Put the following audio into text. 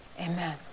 Amen